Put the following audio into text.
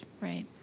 Right